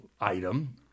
item